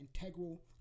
integral